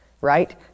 Right